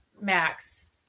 Max